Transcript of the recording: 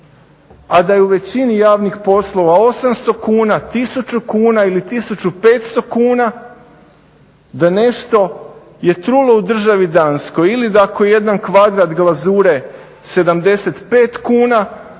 a da je u većini javih poslova 800 kuna, 1000 kuna ili 1500 kuna "Da nešto je trulo u državi Danskoj". Ili da ako jedan kvadrat glazure 75 kuna,